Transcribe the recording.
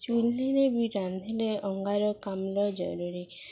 ଚୁଲିରେ ବି ରାନ୍ଧିଲେ ଅଙ୍ଗାରକାମ୍ଳ ଜରୁରୀ